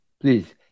please